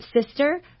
sister